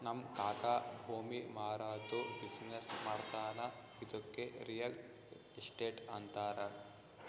ನಮ್ ಕಾಕಾ ಭೂಮಿ ಮಾರಾದ್ದು ಬಿಸಿನ್ನೆಸ್ ಮಾಡ್ತಾನ ಇದ್ದುಕೆ ರಿಯಲ್ ಎಸ್ಟೇಟ್ ಅಂತಾರ